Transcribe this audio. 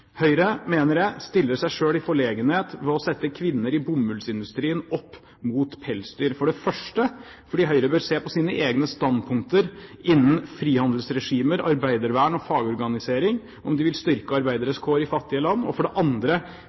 mener Høyre stiller seg selv i forlegenhet ved å sette kvinner i bomullsindustrien opp mot pelsdyr, for det første fordi Høyre bør se på sine egne standpunkter innen frihandelsregimer, arbeidervern og fagorganisering om de vil styrke arbeideres kår i fattige land, og for det andre